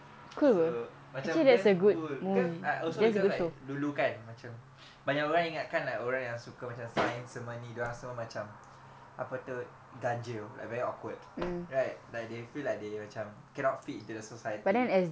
so macam damn cool because I also because like dulu kan macam banyak orang ingatkan like orang yang suka science semua ni dia orang semua macam apa tu ganjil like very awkward right like they feel like they macam cannot fit into the society